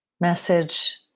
message